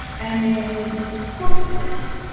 and then pull this out